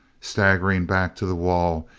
staggering back to the wall,